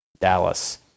Dallas